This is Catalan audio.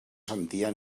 sentia